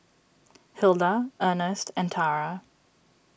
Hilda Ernest and Tara